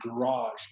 garage